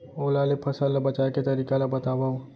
ओला ले फसल ला बचाए के तरीका ला बतावव?